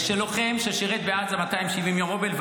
אבל אני אומר את זה בשמחה, שנחוקק יחד איתך.